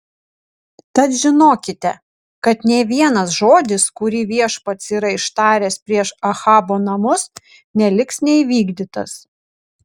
tad žinokite kad nė vienas žodis kurį viešpats yra ištaręs prieš ahabo namus neliks neįvykdytas